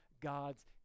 God's